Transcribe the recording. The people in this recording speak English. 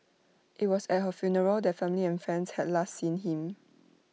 IT was at her funeral that family and friends had last seen him